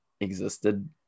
existed